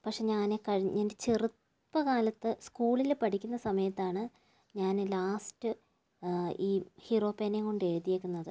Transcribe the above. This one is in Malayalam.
പക്ഷെ ഞാന് കഴിഞ്ഞ എന്റെ ചെറുപ്പ കാലത്ത് സ്കൂളില് പഠിക്കുന്ന സമയത്താണ് ഞാന് ലാസ്റ്റ് ഞാന് ഈ ഹീറോ പേനയും കൊണ്ട് എഴുതിയേക്കുന്നത്